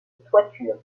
toiture